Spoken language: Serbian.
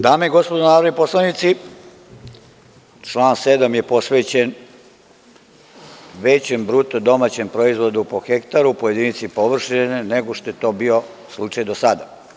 Dame i gospodo narodni poslanici, član 7. je posvećen većem bruto domaćem proizvodu po hektaru po jedinici površine, nego što je to bio slučaj do sada.